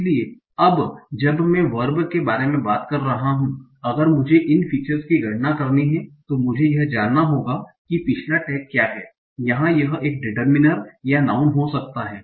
इसलिए अब जब मैं वर्ब के बारे में बात कर रहा हूं अगर मुझे इन फीचर्स की गणना करनी है तो मुझे यह जानना होगा कि पिछला टैग क्या है यहां यह एक डिटरमिनर या नाऊँन हो सकता है